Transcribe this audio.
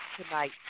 tonight